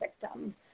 victim